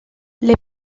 les